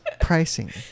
pricing